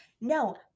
No